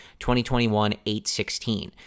2021-816